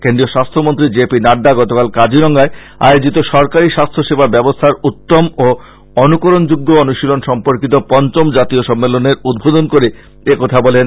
কেন্দ্রীয় স্বাস্থ্যমন্ত্রী J P Nadda গতকাল কাজিরাঙ্গায় আয়োজিত সরকারী স্বাস্থ্যসেবা ব্যবস্থার উত্তম ও অনুকরণযোগ্য অনুশীলন সম্পর্কীত পঞ্চম জাতীয় সম্মেলনের উদ্বোধন করে একথা বলেন